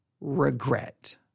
regret